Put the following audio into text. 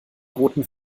roten